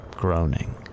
groaning